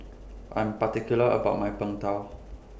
I'm particular about My Png Tao